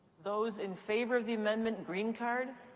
those in favor of the amendment, green card.